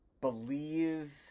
believe